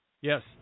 yes